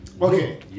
Okay